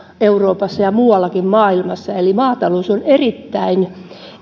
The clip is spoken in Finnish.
euroopassa ja muuallakin maailmassa eli maatalous on erittäin